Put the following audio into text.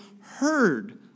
heard